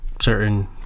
certain